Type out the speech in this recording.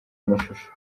amashusho